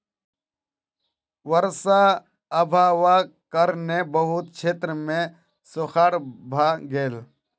वर्षा अभावक कारणेँ बहुत क्षेत्र मे सूखाड़ भ गेल